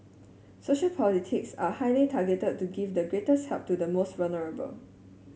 social politics are highly targeted to give the greatest help to the most vulnerable